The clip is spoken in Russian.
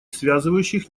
связывающих